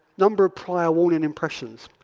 number of prior warning impressions.